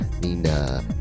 Nina